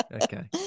okay